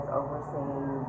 overseeing